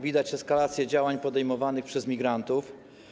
Widać eskalację działań podejmowanych przez migrantów.